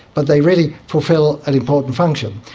but they really fulfil an important function.